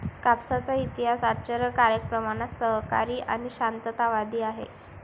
कापसाचा इतिहास आश्चर्यकारक प्रमाणात सहकारी आणि शांततावादी आहे